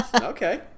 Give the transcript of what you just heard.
Okay